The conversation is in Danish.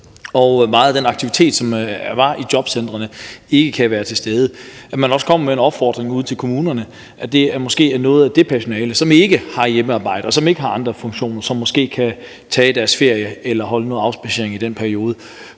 og meget af den aktivitet, som var i jobcentrene, ikke kan være til stede, at man kommer med en opfordring til kommunerne om, at det måske er noget af det personale, som ikke har hjemmearbejde, og som ikke har andre funktioner, som kan tage deres ferie eller holde noget afspadsering i den periode.